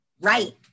Right